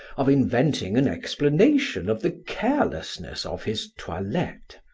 of inventing an explanation of the carelessness of his toilette,